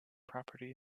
property